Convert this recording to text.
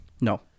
No